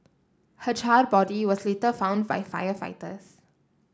her charred body was later found by firefighters